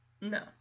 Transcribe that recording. no